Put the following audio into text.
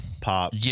Pop